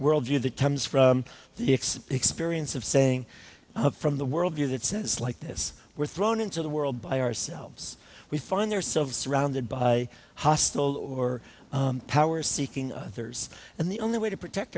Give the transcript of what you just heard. worldview that comes from the expects perience of saying from the world view that says like this were thrown into the world by ourselves we find ourselves surrounded by hostile or power seeking others and the only way to protect